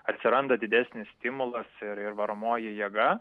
atsiranda didesnis stimulas ir ir varomoji jėga